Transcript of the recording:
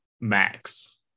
max